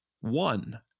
One